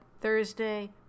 Thursday